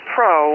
Pro